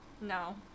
No